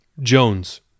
Jones